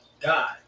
God